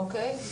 אוקי,